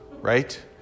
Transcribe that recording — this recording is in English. right